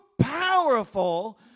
powerful